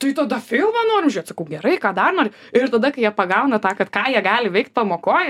tai tada filmą norim žiūrėt sakau gerai ką dar nori ir tada kai jie pagauna tą kad ką jie gali veikt pamokoj